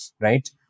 right